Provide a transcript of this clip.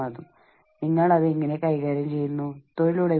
ഇപ്പോൾ നമ്മൾ ഈ സ്ലൈഡിലേക്ക് നോക്കുമ്പോൾ